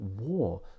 war